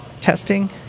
testing